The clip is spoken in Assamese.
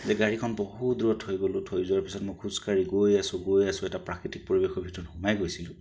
যে গাড়ীখন বহু দূৰত থৈ গ'লো থৈ যোৱা পিছত মই খোজ কাঢ়ি গৈ আছোঁ গৈ আছোঁ এটা প্ৰাকৃতিক পৰিৱেশৰ ভিতৰত সোমাই গৈছিলোঁ